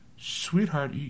sweetheart